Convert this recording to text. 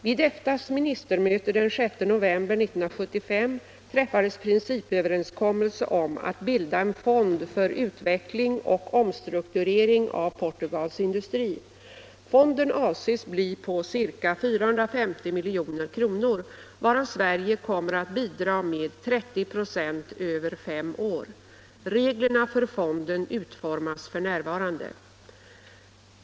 Vid EFTA:s ministermöte den 6 november 1975 träffades principöverenskommelse om att bilda en fond för utveckling och omstrukturering av Portugals industri. Fonden avses bli på ca 450 milj.kr., varav Sverige kommer att bidra med 30 96 över fem år. Reglerna för fonden utformas f.n.